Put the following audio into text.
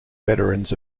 veterans